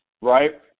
right